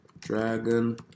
Dragon